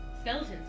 Skeletons